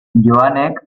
joanek